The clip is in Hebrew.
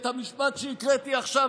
מאי, את מצביעה נגד,